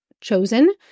chosen